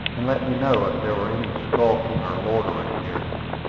and let me know if there were any skulking or loitering near them.